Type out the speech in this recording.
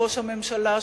ראש הממשלה,